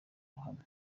ruhame